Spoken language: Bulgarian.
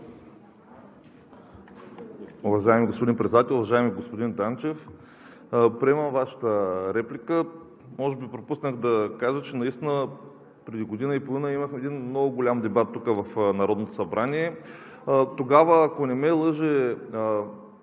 Уважаеми господин Председател! Уважаеми господин Данчев, приемам Вашата реплика. Може би пропуснах да кажа, че наистина преди година и половина имахме един много голям дебат тук, в Народното събрание. Тогава, ако не ме лъже